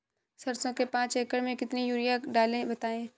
सरसो के पाँच एकड़ में कितनी यूरिया डालें बताएं?